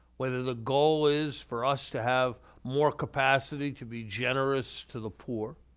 whether the goal is for us to have more capacity to be generous to the poor,